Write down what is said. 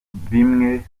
bimwe